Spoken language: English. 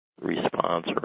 response